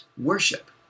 Worship